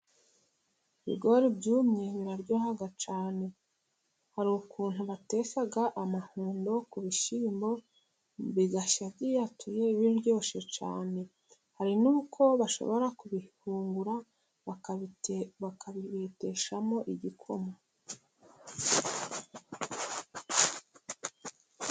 Ibigori byumye biraryoha cyane. Hari ukuntu bateka amahundo ku bishyimbo bigashya byiyatuye,l biryoshye cyane. Hari n'uko bashobora kubihungura bakabibeteshamo igikoma.